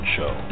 Show